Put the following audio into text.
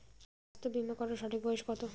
স্বাস্থ্য বীমা করার সঠিক বয়স কত?